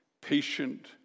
patient